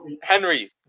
Henry